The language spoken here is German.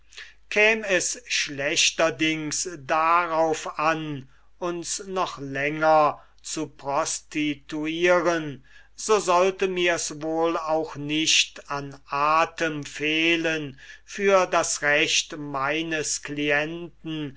käm es schlechterdings darauf an uns noch länger zu prostituieren so sollte mirs wohl auch nicht an atem fehlen für das recht meines clienten